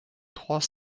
trois